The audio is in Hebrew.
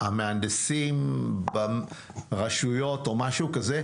המהנדסים ברשויות או משהו כזה?